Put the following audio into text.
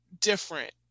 different